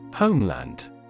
Homeland